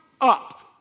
up